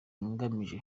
ngamije